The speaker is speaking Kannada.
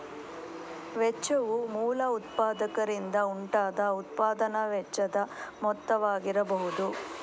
ವೆಚ್ಚವು ಮೂಲ ಉತ್ಪಾದಕರಿಂದ ಉಂಟಾದ ಉತ್ಪಾದನಾ ವೆಚ್ಚದ ಮೊತ್ತವಾಗಿರಬಹುದು